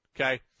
okay